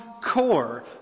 Core